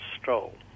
Stroll